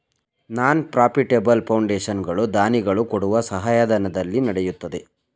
ನಾನ್ profitable foundation ಗಳು ದಾನಿಗಳು ಕೊಡುವ ಸಹಾಯಧನದಲ್ಲಿ ನಡೆಯುತ್ತದೆ